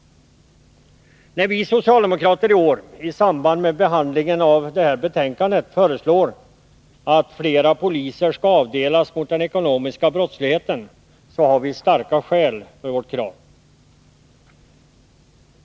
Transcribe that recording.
När vi socialdemokrater i år i samband med behandlingen av detta betänkande föreslår att flera poliser skall avdelas för arbetet mot den ekonomiska brottsligheten har vi starka skäl för vårt krav.